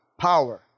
Power